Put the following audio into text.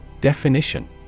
Definition